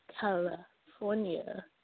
California